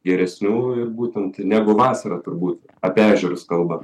geresnių ir būtent negu vasarą turbūt apie ežerus kalbant